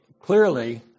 clearly